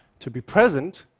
to be present,